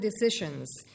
decisions